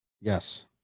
Yes